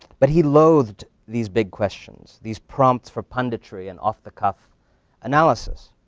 but he loathed these big questions, these prompts for punditry and off-the-cuff analysis.